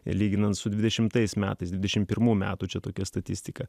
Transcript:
lyginant su dvidešimtais metais dvidešim pirmų metų čia tokia statistika